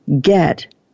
get